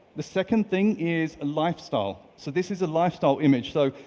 the second thing is a lifestyle. so this is a lifestyle image. so,